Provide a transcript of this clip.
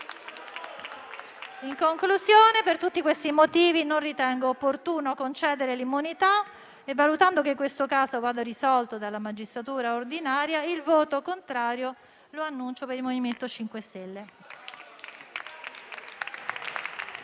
In conclusione, per tutti questi motivi, non ritengo opportuno concedere l'immunità e, valutando che questo caso vada risolto dalla magistratura ordinaria, annuncio il voto contrario del MoVimento 5 Stelle.